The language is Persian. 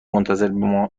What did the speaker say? منتظر